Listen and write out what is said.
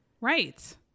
Right